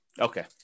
Okay